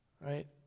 right